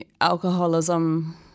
alcoholism